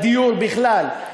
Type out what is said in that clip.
בדיור בכלל,